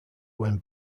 when